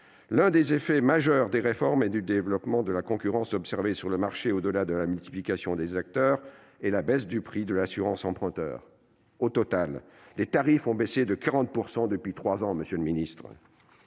l'un des effets majeurs des réformes et du développement de la concurrence observé sur le marché, au-delà de la multiplication des acteurs, est la baisse du prix de l'assurance emprunteur. » Au total, la baisse des tarifs a atteint 40 % depuis trois ans. Mes